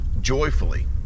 joyfully